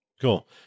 Cool